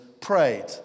prayed